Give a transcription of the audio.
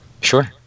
Sure